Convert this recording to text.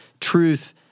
truth